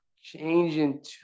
changing